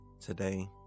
today